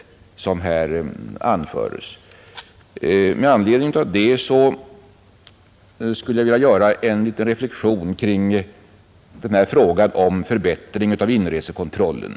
Med anledning härav skulle jag vilja göra en liten reflexion kring frågan om förbättring av inresekontrollen.